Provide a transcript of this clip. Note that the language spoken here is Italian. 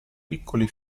piccoli